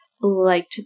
liked